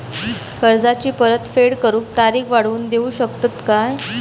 कर्जाची परत फेड करूक तारीख वाढवून देऊ शकतत काय?